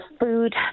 food